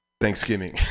Thanksgiving